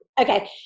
Okay